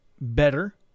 better